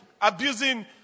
abusing